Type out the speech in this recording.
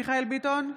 מיכאל מרדכי ביטון,